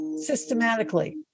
systematically